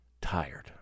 tired